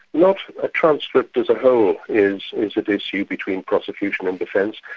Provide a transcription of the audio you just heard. not a transcript as a whole is is at issue between prosecution and defence,